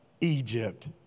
Egypt